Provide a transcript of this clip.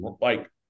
like-